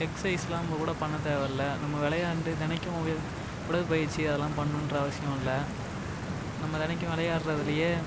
எக்ஸைஸ்லாம் நம்ம கூட பண்ண தேவை இல்லை நம்ம விளையாண்டு தினைக்கும் உடல் பயிற்சி அதெல்லாம் பண்ணுன்ற அவசியம் இல்லை நம்ம தினைக்கும் விளையாடுறதுலயே